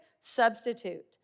substitute